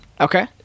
Okay